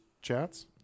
chats